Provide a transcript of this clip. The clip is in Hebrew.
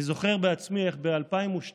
אני זוכר בעצמי איך ב-2012,